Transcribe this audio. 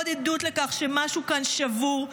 עוד עדות לכך שמשהו כאן שבור,